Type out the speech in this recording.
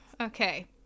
okay